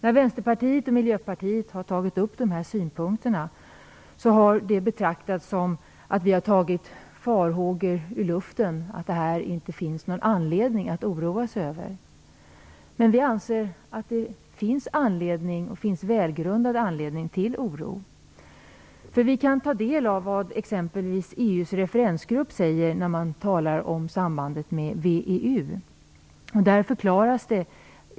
När Vänsterpartiet och Miljöpartiet har tagit upp de här synpunkterna har det betraktats som att vi har tagit farhågor ur luften och att det inte finns någon anledning att oroa sig över det här. Men vi anser att det finns välgrundad anledning till oro. Vi kan ta del av vad exempelvis EU:s referensgrupp säger när man talar om sambandet med VEU.